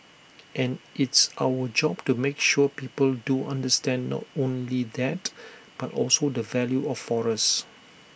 and it's our job to make sure people do understand not only that but also the value of forest